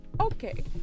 okay